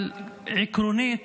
אבל עקרונית